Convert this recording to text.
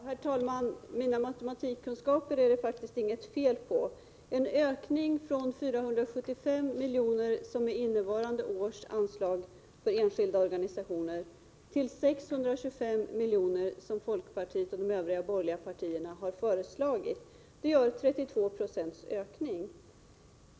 Herr talman! Mina matematikkunskaper är det inget fel på. En ökning från 475 miljoner, som är innevarande års anslag för enskilda organisationer, till 625 miljoner, som folkpartiet och de övriga borgerliga partierna har föreslagit, gör 32 76 i ökning.